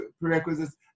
prerequisites